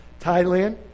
Thailand